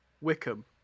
Wickham